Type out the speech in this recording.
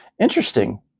Interesting